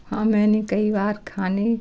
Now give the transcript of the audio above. हाँ मैंने कई बार खाने